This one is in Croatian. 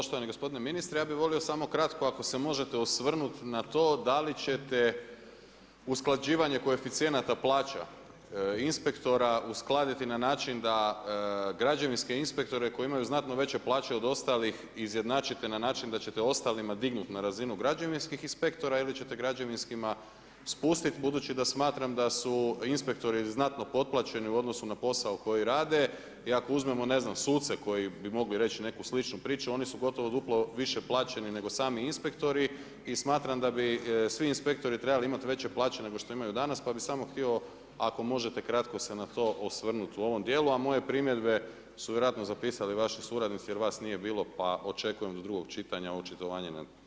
Poštovani gospodine ministre, ja bi volio samo kratko ako se možete osvrnuti na to da li ćete usklađivanje koeficijenata plaća inspektora, uskladiti na način da građevinske inspektore koji imaju znatno veće plaće od ostalih izjednačite na način da ćete ostalim dignuti na razinu građevinskih inspektora ili ćete građevinskima spustit budući da smatram da su inspektori znatno potplaćeni u odnosu na posao koji rade i ako uzmemo ne znam, suce koji bi mogli reći neku sličnu priču, oni su gotovo duplo više plaćeni nego sami inspektori i smatram da bi svi inspektori trebali imati veće plaće nego što imaju danas pa bi samo htio ako možete kratko se na to osvrnuti u ovom djelu a moje primjedbe su vjerojatno zapisali vaši suradnici jer vas nije bilo pa očekujem do drugog čitanja očitovanje na ostale primjedbe.